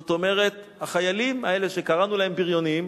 זאת אומרת, החיילים האלה, שקראנו להם "בריונים",